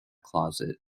closet